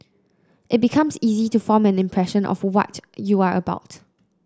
it becomes easy to form an impression of what you are about